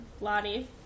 Lottie